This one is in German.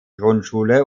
grundschule